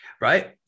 right